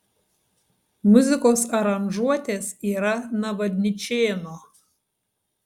muzikos aranžuotės yra navadničėno